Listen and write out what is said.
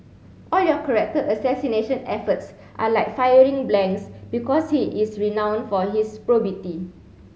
all your character assassination efforts are like firing blanks because he is renown for his probity